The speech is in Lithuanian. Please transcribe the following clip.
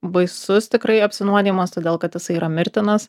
baisus tikrai apsinuodijimas todėl kad jisai yra mirtinas